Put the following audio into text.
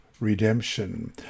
redemption